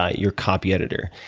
ah your copy editor,